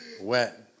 wet